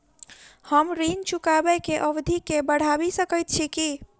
हम ऋण चुकाबै केँ अवधि केँ बढ़ाबी सकैत छी की?